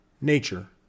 Nature